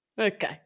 Okay